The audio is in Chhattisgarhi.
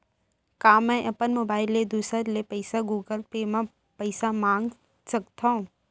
का मैं अपन मोबाइल ले दूसर ले पइसा गूगल पे म पइसा मंगा सकथव?